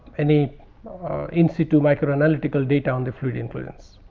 any in situ micro analytical data on the fluid inclusions.